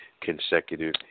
Consecutive